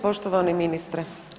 Poštovani ministre.